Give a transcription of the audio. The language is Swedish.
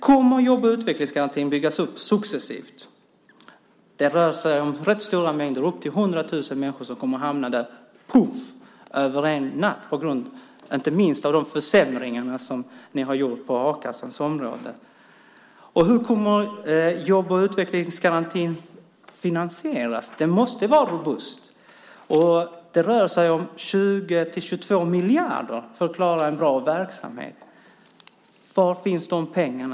Kommer jobb och utvecklingsgarantin att byggas upp successivt? Det rör sig om rätt stora mängder människor, upp till 100 000 människor, som kommer att hamna där - poff! - över en natt, inte minst på grund av de försämringar som ni har genomfört på a-kassans område. Och hur kommer jobb och utvecklingsgarantin att finansieras? Finansieringen måste vara robust. Det rör sig om 20-22 miljarder för att klara en bra verksamhet. Var finns de pengarna?